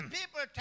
people